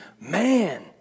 man